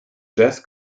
jazz